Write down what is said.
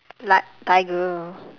li~ tiger